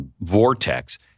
vortex